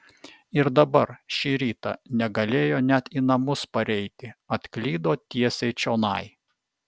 ir dabar šį rytą negalėjo net į namus pareiti atklydo tiesiai čionai